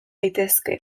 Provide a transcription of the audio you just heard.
daitezke